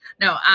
no